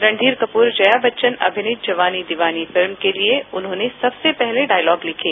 रंधीर कपूर जया बच्चन अभिनीत जवानी दीवानी फिल्म के लिए उन्होंने सबसे पहले डायलॉग लिखे